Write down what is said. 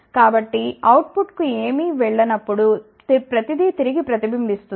కాబట్టి output కు ఏమీ వెళ్ళ నప్పుడు ప్రతిదీ తిరిగి ప్రతిబింబిస్తుంది